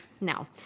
no